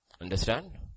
Understand